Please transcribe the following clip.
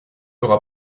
aura